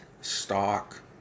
stock